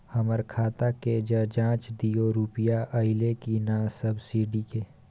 हमर खाता के ज जॉंच दियो रुपिया अइलै की नय सब्सिडी के?